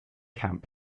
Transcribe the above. camp